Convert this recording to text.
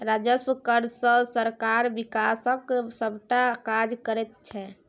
राजस्व कर सँ सरकार बिकासक सभटा काज करैत छै